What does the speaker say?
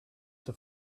have